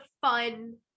fun